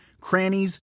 crannies